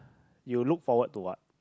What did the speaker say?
you look forward to what